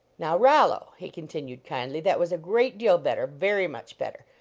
now rollo, he continued, kindly, that was a great deal better very much better.